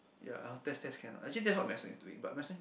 ya test test can ah actually that's what medicine is doing but medicine